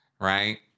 right